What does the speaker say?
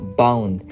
bound